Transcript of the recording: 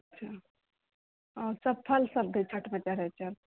अच्छा आओरसभ फलसभ भी छठिमे चढ़ैत छै